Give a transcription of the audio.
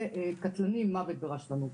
ובתאונות קטלניות מוות ברשלנות.